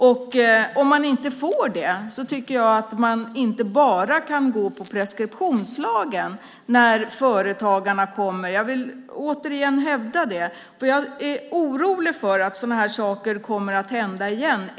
Om man inte får det kan man inte bara, tycker jag, gå efter preskriptionslagen när företagarna kommer. Återigen vill jag hävda det, för jag är orolig för att sådana här saker händer igen.